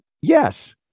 Yes